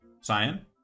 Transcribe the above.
Cyan